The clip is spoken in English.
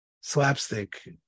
slapstick